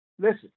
Listen